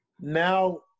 now